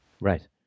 Right